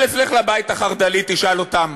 אלך לבית החרד"לי, תשאל אותם